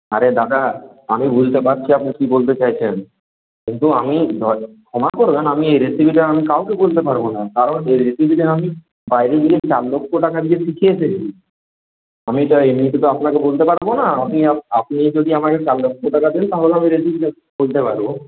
আরে দাদা আমি বুঝতে পারছি আপনি কী বলতে চাইছেন কিন্তু আমি ক্ষমা করবেন আমি এই রেসিপিটা আমি কাউকে বলতে পারব না কারণ এই রেসিপিটা আমি বাইরে গিয়ে চার লক্ষ টাকা দিয়ে শিখে এসেছি আমি এটা এমনিতে তো আপনাকে বলতে পারব না আপনি আপনি যদি আমাকে চার লক্ষ টাকা দেন তাহলে আমি রেসিপিটা বলতে পারব